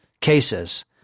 cases